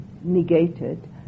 negated